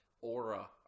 aura